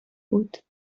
بود